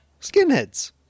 Skinheads